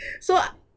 so